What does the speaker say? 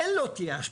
אין לא תהיה השפעה.